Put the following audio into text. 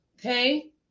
okay